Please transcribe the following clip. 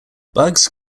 bugs